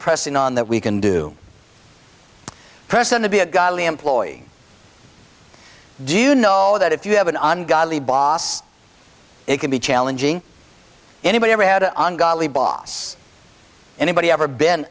pressing on that we can do person to be a godly employee do you know that if you have an ungodly boss it can be challenging anybody ever had an ungodly boss anybody ever been